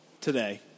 today